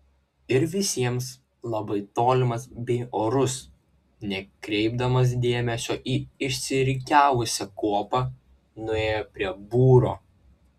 ir visiems labai tolimas bei orus nekreipdamas dėmesio į išsirikiavusią kuopą nuėjo prie būro